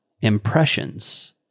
impressions